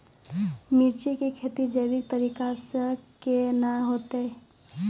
मिर्ची की खेती जैविक तरीका से के ना होते?